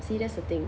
see that's the thing